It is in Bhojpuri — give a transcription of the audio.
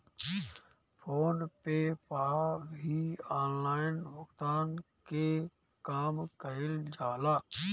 फ़ोन पे पअ भी ऑनलाइन भुगतान के काम कईल जाला